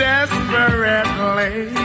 Desperately